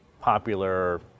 popular